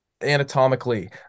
anatomically